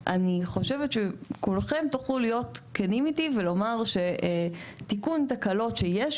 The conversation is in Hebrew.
ואני חושבת שכולכם תוכלו להיות כנים איתי ולומר שתיקון תקלות שיש,